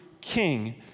king